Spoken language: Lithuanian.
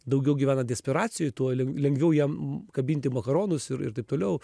daugiau gyvena desperacijoj tuo lengviau jam kabinti makaronus ir ir taip toliau